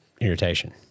irritation